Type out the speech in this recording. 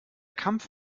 kampf